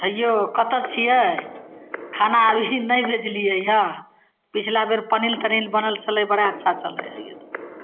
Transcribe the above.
हँ यौ कतऽ छिए खाना अभी नहि भेजलिए यऽ पछिला बेर पनीर तनीर बनल छलै बड़ा अच्छा छलै हँ यौ